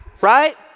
Right